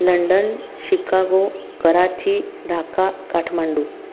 London Chicago Karachi Dhaka Kathmandu